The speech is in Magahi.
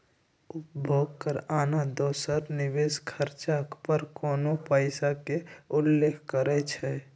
उपभोग कर आन दोसर निवेश खरचा पर कोनो पइसा के उल्लेख करइ छै